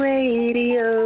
Radio